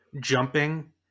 Jumping